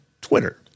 Twitter